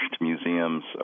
museums